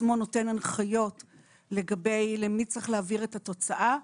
עצמו נותן הנחיות לגבי למי צריך להעביר את התוצאה.